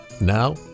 Now